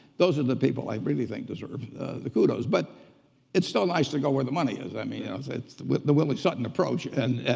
those are the people i really think deserve the kudos. but it's still nice to go where the money is. i mean yeah it's it's the willie sutton approach. and